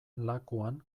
lakuan